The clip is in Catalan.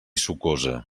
sucosa